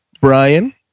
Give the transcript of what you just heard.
Brian